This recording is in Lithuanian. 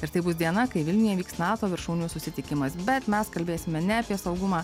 ir tai bus diena kai vilniuje vyks nato viršūnių susitikimas bet mes kalbėsime ne apie saugumą